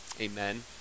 Amen